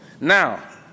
Now